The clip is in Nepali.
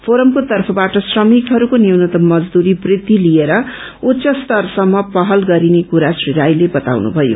फोरमको तर्फबाट श्रमिकहरूको न्यूनतम मजदूरी वृद्धि लिएर उच्च स्तरसम्म पहल गरिने कुरा श्री राईले बताउनुभयो